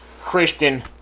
Christian